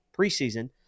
preseason